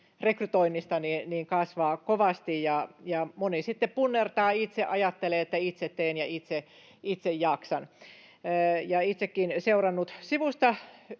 virherekrytoinnista kasvaa kovasti. Moni sitten punnertaa itse, ajattelee, että itse teen ja itse jaksan. Itsekin olen seurannut sivusta